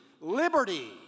Liberty